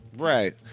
Right